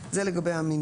זה לגבי המינוי.